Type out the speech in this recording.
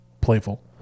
playful